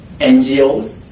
NGOs